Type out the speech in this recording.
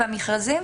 במכרזים?